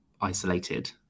isolated